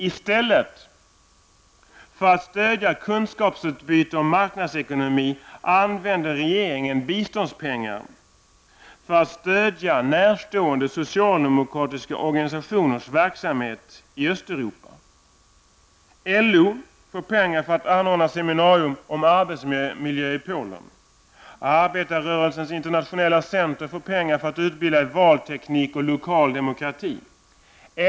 I stället för att stödja kunskapsutbyte om marknadsekonomi använder regeringen biståndspengar för att stödja närstående socialdemokratiska organisationers verksamhet i Östeuropa. LO får pengar för att anordna seminarium om arbetsmiljö i Polen. Arbetarrörelsens internationella center får pengar för att utbilda i valteknik och lokal demokrati.